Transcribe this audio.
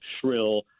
shrill